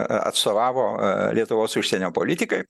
atstovavo lietuvos užsienio politikai